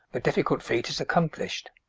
the difficult feat is accomplished.